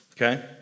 Okay